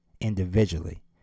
individually